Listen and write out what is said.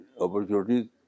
opportunities